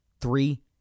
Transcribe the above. Three